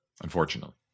unfortunately